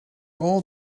all